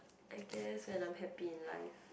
I guess and I'm happy in life